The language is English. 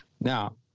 Now